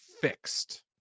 fixed